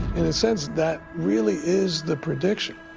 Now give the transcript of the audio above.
sense that really is the prediction,